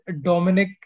Dominic